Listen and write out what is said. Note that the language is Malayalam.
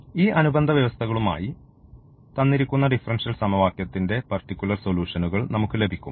ഈ അനുബന്ധ വ്യവസ്ഥകളുമായി തന്നിരിക്കുന്ന ഡിഫറൻഷ്യൽ സമവാക്യത്തിൻറെ പർട്ടിക്കുലർ സൊലൂഷൻഉകൾ നമുക്ക് ലഭിക്കും